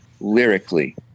lyrically